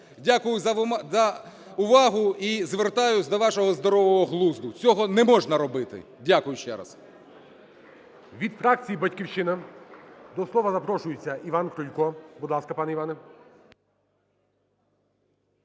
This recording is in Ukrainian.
Дякую за увагу і звертаюсь до вашого здорового глузду. Цього не можна робити! Дякую ще раз. ГОЛОВУЮЧИЙ. Від фракції "Батьківщина" до слова запрошується Іван Крулько. Будь ласка, пане Іване.